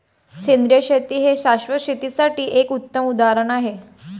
सेंद्रिय शेती हे शाश्वत शेतीसाठी एक उत्तम उदाहरण आहे